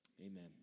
amen